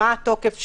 מה התוקף שלו,